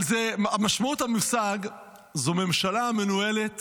משמעות המושג הוא ממשלה המנוהלת